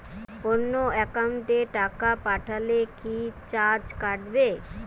অন্য একাউন্টে টাকা পাঠালে কি চার্জ কাটবে?